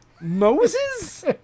Moses